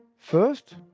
first,